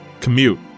commute